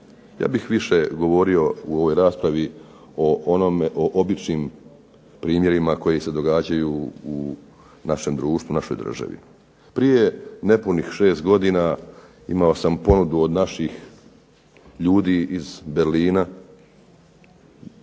Ja bih više govorio u ovoj raspravi o običnim primjerima koji se događaju u našem društvu, u našoj državi. Prije nepunih 6 godina imao sam ponudu od naših ljudi iz Berlina